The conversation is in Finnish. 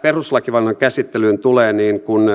mitä perustuslakivaliokunnan käsittelyyn tulee niin kun